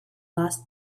last